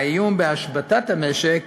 האיום בהשבתת המשק